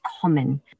common